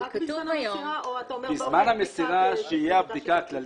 בזמן המסירה תיערך הבדיקה הכללית.